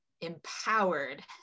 empowered